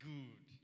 Good